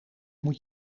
moet